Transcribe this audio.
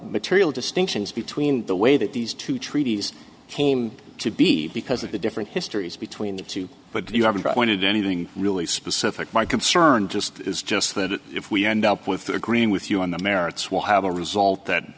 material distinctions between the way that these two treaties came to be because of the different histories between the two but you haven't pointed anything really specific my concern just is just that if we end up with agreeing with you on the merits we'll have a result that